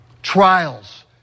trials